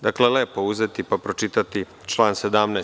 Dakle, lepo uzeti, pa pročitati član 17.